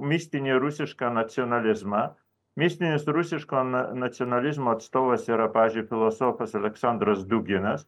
mistinį rusišką nacionalizmą mistinis rusiško nacionalizmo atstovas yra pavyzdžiui filosofas aleksandras duginas